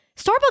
starbucks